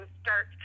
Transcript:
start